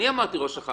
אני אמרתי ראש אח"מ,